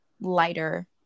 lighter